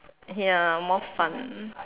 ya more fun